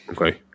Okay